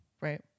Right